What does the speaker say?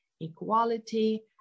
equality